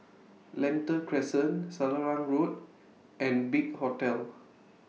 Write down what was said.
Lentor Crescent Selarang Road and Big Hotel